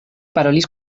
parolis